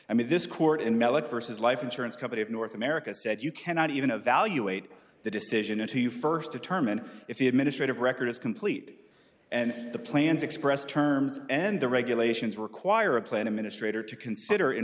i mean this court in mellot versus life insurance company of north america said you cannot even evaluate the decision as to you first determine if the administrative record is complete and the plans expressed terms and the regulations require a plan administrator to consider in